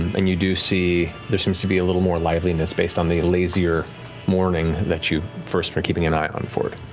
and you do see there seems to be a little more liveliness based on the lazier morning that you first were keeping an eye on, fjord.